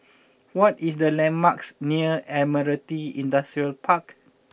what is the landmarks near Admiralty Industrial Park